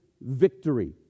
victory